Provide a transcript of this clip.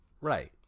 Right